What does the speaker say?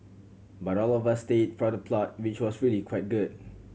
but all of us stayed for the plot which was really quite good